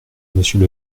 monsieur